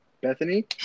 Bethany